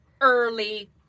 early